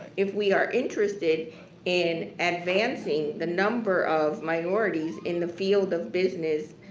if we are interested in advancing the number of minorities in the field of business,